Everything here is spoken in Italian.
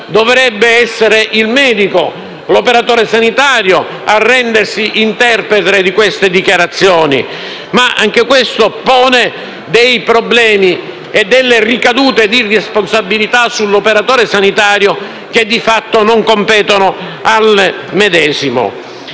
dovrebbe essere il medico, l'operatore sanitario a rendersi interprete di queste dichiarazioni, ma anche questo pone dei problemi e comporta delle ricadute di responsabilità sull'operatore sanitario che, di fatto, non competono al medesimo.